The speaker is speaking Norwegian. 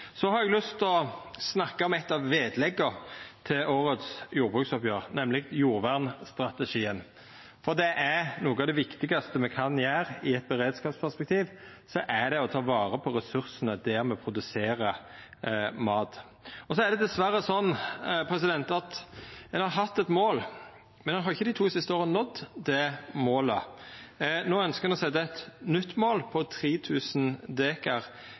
har lyst til å snakka om eitt av vedlegga til årets jordbruksoppgjer, nemleg jordvernstrategien, for noko av det viktigaste me kan gjera i eit beredskapsperspektiv, er å ta vare på ressursane der me produserer mat. Ein har hatt eit mål, men dei to siste åra har ein dessverre ikkje nådd det målet. No ønskjer ein å setja eit nytt mål, på